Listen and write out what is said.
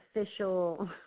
official